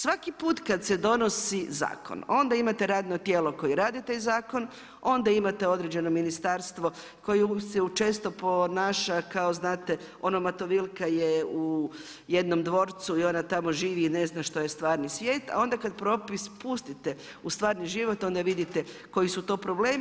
Svaki put kada se donosi zakon onda imate radno tijelo koje radi taj zakon, onda imate određeno ministarstvo koje se često ponaša kao znate ona Matovilka je jednom dvorcu i ona tamo živi i ne zna što je stvarni svijet, a onda kada propis pustite u stvarni život onda vidite koji su to problemi.